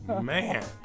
man